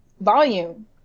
volume